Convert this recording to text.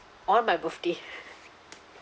on my birthday